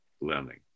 learning